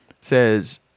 says